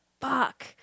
fuck